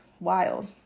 Wild